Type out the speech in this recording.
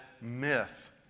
myth